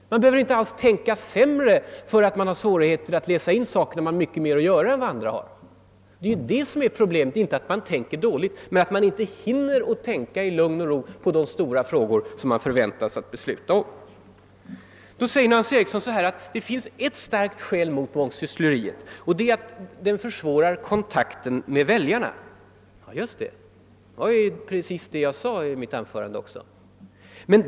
Man behöver inte alls tänka sämre därför att man har svårt att hinna läsa in alla saker eftersom man har så mycket mer att göra än andra. Problemet är att man inte i lugn och ro hinner tänka på de stora frågor som man förväntas känna till. Nancy Eriksson säger att det finns ett starkt skäl mot mångsyssleriet: det försvårar kontakten med väljarna. Ja, det är precis vad jag sade i mitt föregående anförande.